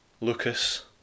Lucas